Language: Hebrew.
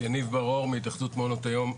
יניב בר אור, מהתאחדות מעונות היום.